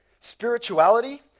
Spirituality